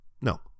no